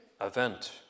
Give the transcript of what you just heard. event